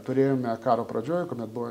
turėjome karo pradžioj kuomet buvo